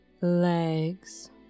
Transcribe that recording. legs